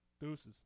Deuces